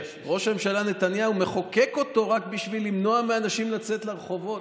שראש הממשלה נתניהו מחוקק אותו רק בשביל למנוע מאנשים לצאת לרחובות.